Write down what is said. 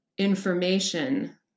information